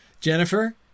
Jennifer